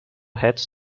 heads